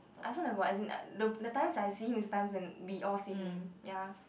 I also never as in look the time I see him is the time we all see him ya